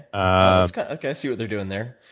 ah like i see what they're doing there.